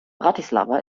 bratislava